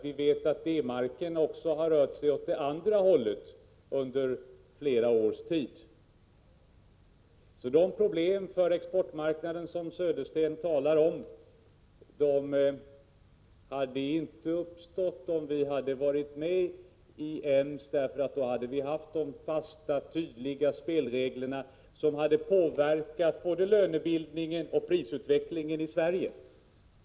Vi vet ju att D-marken också har rört sig åt andra hållet under flera års tid. De problem på exportmarknaden som Bo Södersten tar upp hade inte uppstått, om vi hade varit med i EMS, eftersom vi då hade haft de fasta, tydliga spelreglerna, som hade påverkat både lönebildningen och prisutvecklingen i Sverige.